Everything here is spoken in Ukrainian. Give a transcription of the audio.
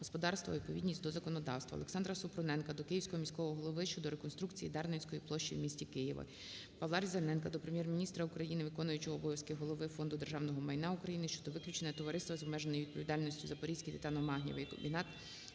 господарства у відповідність до законодавства. ОлександраСупруненка до Київського міського голови щодо реконструкції Дарницької площі в місті Києві. ПавлаРізаненка до Прем'єр-міністра України, виконуючого обов'язки голови Фонду державного майна України щодо виключення Товариства з обмеженою відповідальністю "Запорізький титано-магнієвий комбінат"